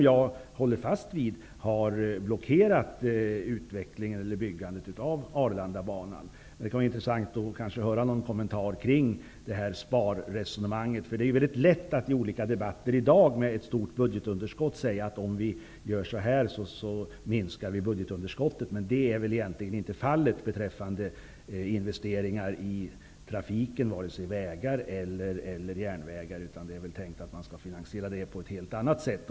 Jag håller fast vid att det här har blockerat byggandet av Arlandabanan. Det kan vara intressant att få höra några kommentarer kring sparresonemanget. Det är lätt att i debatter i dag, då det råder ett stort budgetunderskott, säga att om vi gör si och så kommer budgetunderskottet att minska. Det är väl egentligen inte fallet beträffande investeringar i vare sig vägar eller järnvägar. Det är väl tänkt att dessa investeringar skall finansieras på annat sätt.